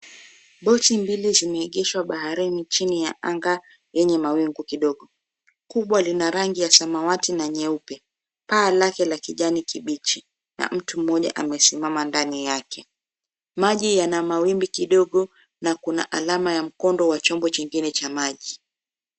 Boti mbili zimeeegeshwa bahari chini ya anga yenye mawingu kidogo kubwa lina rangi ya samawati na nyeupe paa lake la kijani kibichi na mtu mmoja amesimama ndani yake. Maji yana mawimbi kidogo na kuna alama ya mkondo wa chombo chengine cha maji.